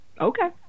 okay